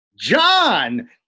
John